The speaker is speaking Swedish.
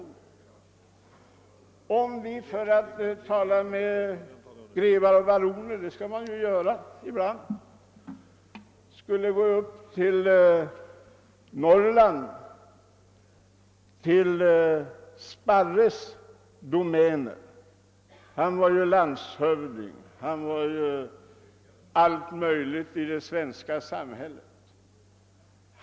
Och om vi — för att tala med grevar och baroner, vilket man ju skall göra ibland — går upp till Norrland finner vi där Sparres domäner. Han var landshövding, han var allt möjligt i det svenska samhället.